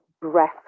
breath